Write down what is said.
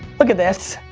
look at this,